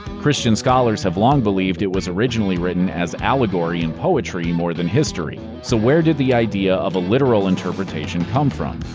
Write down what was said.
christian scholars have long believed it was originally written as allegory and poetry more than history. so where did the idea of a literal interpretation come from?